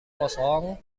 kosong